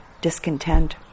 discontent